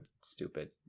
stupid